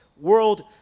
world